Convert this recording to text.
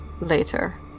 later